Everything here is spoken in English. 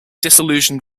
disillusioned